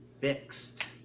fixed